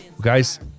Guys